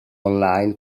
online